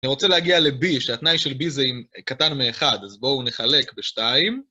אני רוצה להגיע ל-B, שהתנאי של B זה קטן מאחד, אז בואו נחלק בשתיים.